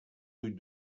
rue